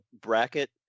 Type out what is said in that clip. bracket